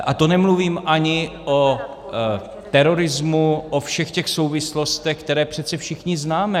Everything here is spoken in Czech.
A to nemluvím ani o terorismu, o všech těch souvislostech, které přece všichni známe.